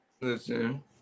Listen